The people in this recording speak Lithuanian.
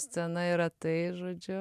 scena yra tai žodžiu